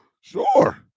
Sure